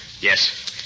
Yes